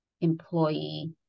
employee